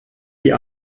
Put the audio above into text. die